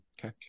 Okay